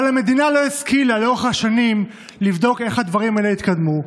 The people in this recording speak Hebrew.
אבל המדינה לא השכילה לאורך השנים לבדוק איך הדברים האלה התקדמו.